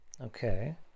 Okay